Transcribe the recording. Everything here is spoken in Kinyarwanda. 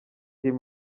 team